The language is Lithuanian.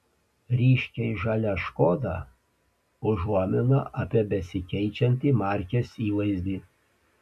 ryškiai žalia škoda užuomina apie besikeičiantį markės įvaizdį